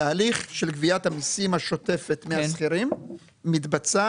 התהליך של גביית המיסים השוטפת מהשכירים מתבצע